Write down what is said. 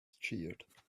cheered